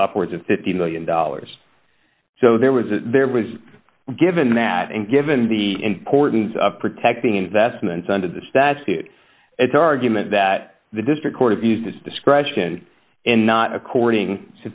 upwards of fifty million dollars so there was a there was given that and given the importance of protecting investments under the statute its argument that the district court of use discretion and not according